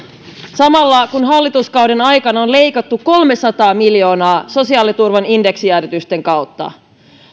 samalla kun hallituskauden aikana on leikattu kolmesataa miljoonaa sosiaaliturvan indeksijäädytysten kautta